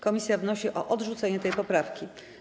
Komisja wnosi o odrzucenie tej poprawki.